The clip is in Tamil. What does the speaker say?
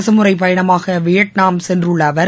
அரசுமுறை பயணமாக வியட்நாம் சென்றுள்ள அவர்